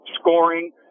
scoring